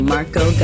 Marco